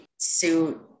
suit